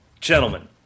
gentlemen